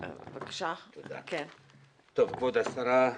כבוד השרה,